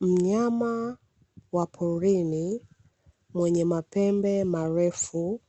Mnyama wa porini, mwenye mapembe marefu,